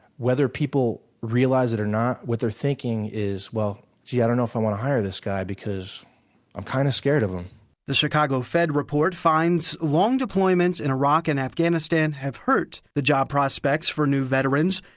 whether people realize it or not, what they're thinking is well, gee, i don't know if i want to hire this guy, because i'm kind of scared of him the chicago fed report finds long deployments in iraq and afghanistan have hurt the job prospects for new veterans,